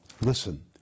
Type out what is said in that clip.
Listen